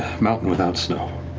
mountain without snow.